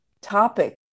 topic